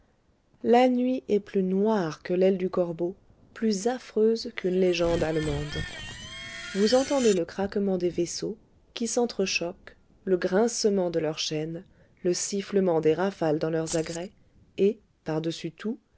la nuit est plus noire que l'aile du corbeau plus affreuse qu'une légende allemande vous entendez le craquement des vaisseaux qui s'entre-choquent le grincement de leurs chaînes le sifflement des rafales dans leurs agrès et par-dessus tout